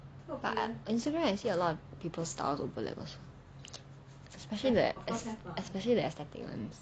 but I on Instagram I see a lot of people styles overlapped also especially especially the aesthetic ones